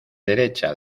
derecha